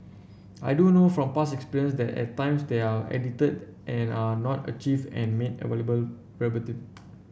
I do know from past experience that at times they are edited and are not archived and made available verbatim